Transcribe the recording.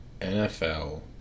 NFL